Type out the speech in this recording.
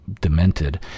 demented